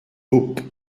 boop